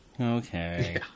okay